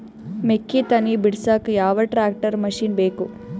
ಮೆಕ್ಕಿ ತನಿ ಬಿಡಸಕ್ ಯಾವ ಟ್ರ್ಯಾಕ್ಟರ್ ಮಶಿನ ಬೇಕು?